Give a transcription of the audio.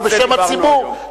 ובשם הציבור,